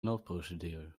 noodprocedure